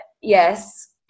Yes